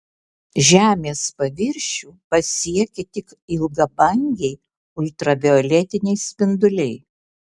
žemės paviršių pasiekia tik ilgabangiai ultravioletiniai spinduliai